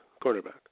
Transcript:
quarterback